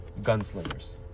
Gunslingers